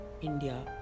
India